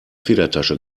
federtasche